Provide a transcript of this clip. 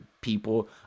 people